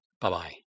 Bye-bye